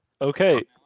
Okay